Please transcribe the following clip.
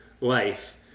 life